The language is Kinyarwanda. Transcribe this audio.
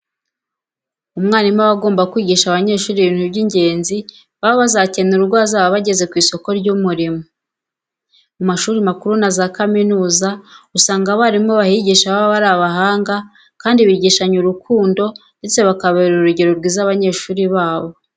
Umwarimu aba agomba kwigisha abanyeshuri ibintu by'ingenzi baba bazakenera ubwo bazaba bageze ku isoko ry'umurimo. Mu mashuri makuru na za kaminuza usanga abarimu bahigisha baba ari abahanga kandi bigishanya urukundo ndetse bakabera urugero rwiza abanyeshuri babo.